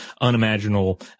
unimaginable